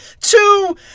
Two